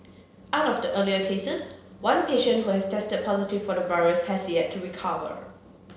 out of the earlier cases one patient who had tested positive for the virus has yet to recover